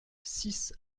six